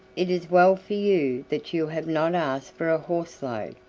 it is well for you that you have not asked for a horse-load,